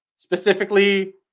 Specifically